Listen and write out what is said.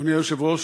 אדוני היושב-ראש,